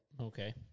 Okay